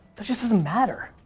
it just doesn't matter.